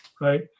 right